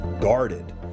guarded